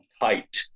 tight